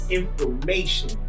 information